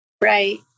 Right